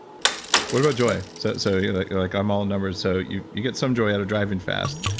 what about joy? so so you're you're like, i'm all numbers. so you you get some joy out of driving fast.